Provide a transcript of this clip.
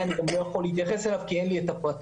ואני גם לא יכול להתייחס אליו כי אין לי את הפרטים